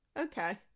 okay